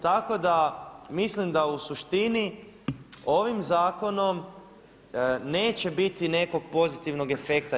Tako da, mislim da u suštini ovim zakonom neće biti nekog pozitivnog efekta.